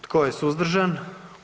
Tko je suzdržan?